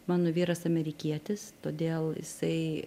mano vyras amerikietis todėl jisai